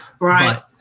Right